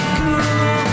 cool